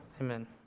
amen